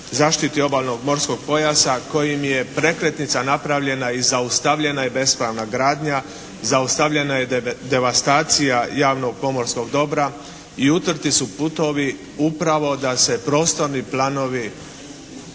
zaštiti obalnog morskog pojasa kojim je prekretnica napravljena i zaustavljena je bespravna gradnja, zaustavljena je devastacija javnog pomorskog dobra i utrti su putovi upravo da se prostorni planovi